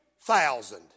thousand